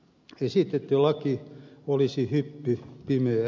esitetty laki olisi hyppy pimeään